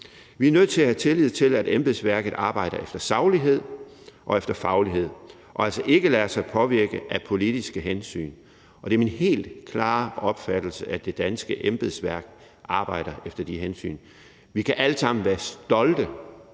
Vi er nødt til at have tillid til, at embedsværket arbejder efter saglighed og efter faglighed og altså ikke lader sig påvirke af politiske hensyn, og det er min helt klare opfattelse, at det danske embedsværk arbejder efter det. Vi kan alle sammen være stolte